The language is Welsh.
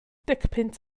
decpunt